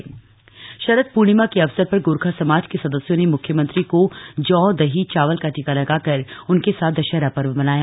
शरद र्णिमा शरद प्र्णिमा के अवसर सर गोरखा समाज के सदस्यों ने मुख्यमंत्री को जौए दही और चावल का टीका लगाकर उनके साथ दशहरा शर्व मनाया